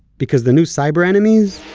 because, the new cyber-enemies?